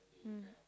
mm